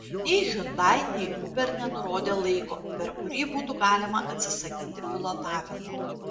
nei hyundai nei uber nenurodė laiko per kurį būtų galima atsisakyti pilotavimo